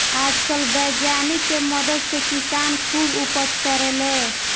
आजकल वैज्ञानिक के मदद से किसान खुब उपज करेले